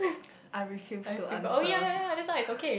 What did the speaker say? I refuse to answer